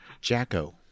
Jacko